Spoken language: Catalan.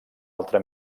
altra